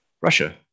Russia